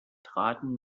traten